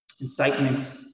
incitement